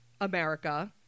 America